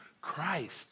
Christ